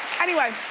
anyway,